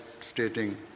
stating